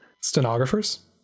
Stenographers